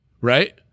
Right